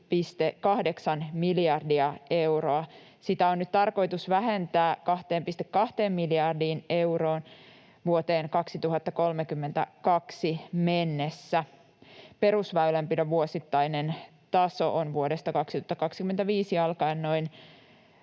2,8 miljardia euroa. Sitä on nyt tarkoitus vähentää 2,2 miljardiin euroon vuoteen 2032 mennessä. Perusväylänpidon vuosittainen taso on vuodesta 2025 alkaen noin